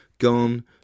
gone